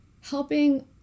helping